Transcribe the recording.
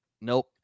nope